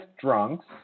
drunks